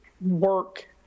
work